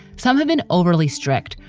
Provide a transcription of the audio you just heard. some have been overly strict.